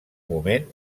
moment